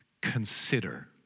Consider